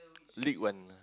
league one